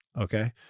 okay